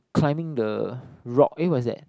climbing the rock eh what is that